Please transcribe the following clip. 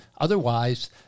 Otherwise